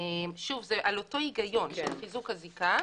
זה על אותו היגיון, של חיזוק הזיקה.